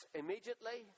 immediately